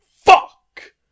Fuck